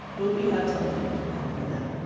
will we have something to offer them?